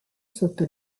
sotto